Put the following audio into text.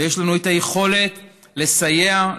ויש לנו היכולת לסייע,